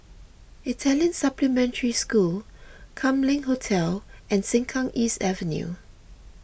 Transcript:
Italian Supplementary School Kam Leng Hotel and Sengkang East Avenue